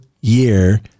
year